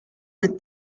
del